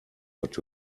what